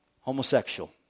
homosexual